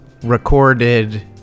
recorded